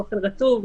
באוכל רטוב.